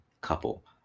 couple